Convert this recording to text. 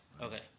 okay